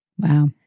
Wow